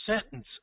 sentence